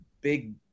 big